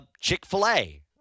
Chick-fil-A